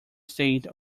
state